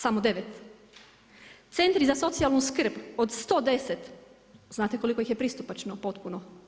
Samo 9. Centri za socijalnu skr, od 110 znate koliko ih je pristupačno potpuno?